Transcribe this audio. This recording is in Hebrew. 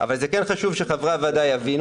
אבל זה כן חשוב שחברי הוועדה יבינו